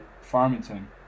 Farmington